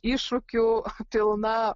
iššūkių pilna